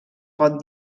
pot